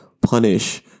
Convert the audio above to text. punish